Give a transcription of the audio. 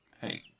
Hey